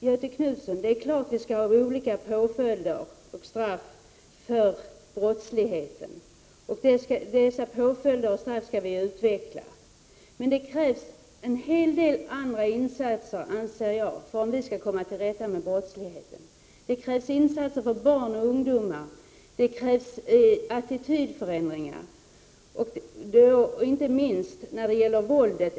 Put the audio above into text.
Göthe Knutson, det är klart att påföljder och straff skall utdömas när brott begås. Och dessa straff och påföljder skall utvecklas. Men jag anser att det krävs en hel del andra insatser om vi skall komma till rätta med brottsligheten. Det krävs insatser för barn och ungdomar, och det krävs attitydförändringar, inte minst när det gäller våldet.